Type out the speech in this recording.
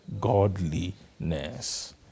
godliness